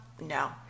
no